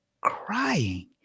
crying